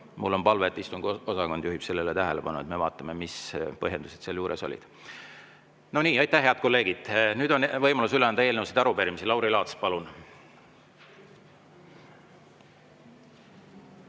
Mul on palve, et istungiosakond juhiks sellele tähelepanu, et me vaataksime, mis põhjendused seal juures olid. No nii! Aitäh, head kolleegid! Nüüd on võimalus üle anda eelnõusid ja arupärimisi. Lauri Laats, palun!